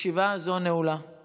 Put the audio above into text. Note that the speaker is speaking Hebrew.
ישיבה זו נעולה.